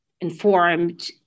informed